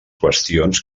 qüestions